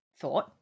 thought